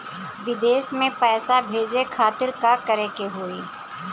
विदेश मे पैसा भेजे खातिर का करे के होयी?